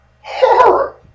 horror